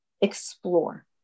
explore